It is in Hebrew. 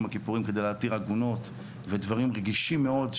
הכיפורים כדי להתיר עגונות ודברים רגישים מאוד,